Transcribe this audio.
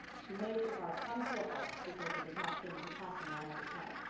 he made the car come to a halt, because there was not room to pass him on either side,